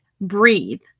breathe